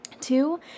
two